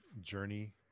journey